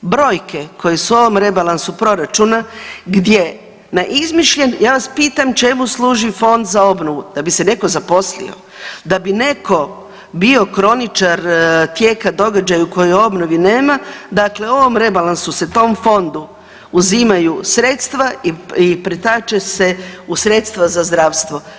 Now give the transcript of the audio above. Brojke koje su u ovom rebalansu proračuna gdje na izmišljen, ja vas pitam čemu služi Fond za obnovu, da bi se netko zaposlio, da bi netko bio kroničar tijeka događaja koje u obnovi nema, dakle u ovom rebalansu se tom fondu uzimaju sredstva i pretače se u sredstva za zdravstvo.